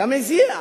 ואתה מזיע,